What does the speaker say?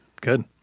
Good